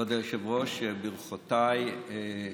כבוד היושב-ראש, ברכותיי.